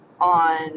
on